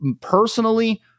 personally